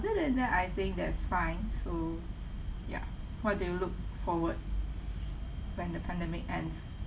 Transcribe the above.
other than that I think that's fine so ya what do you look forward when the pandemic ends